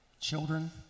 children